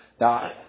Now